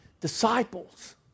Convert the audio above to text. disciples